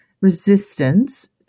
resistance